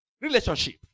relationship